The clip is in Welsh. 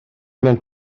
mewn